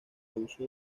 uso